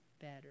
better